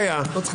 רק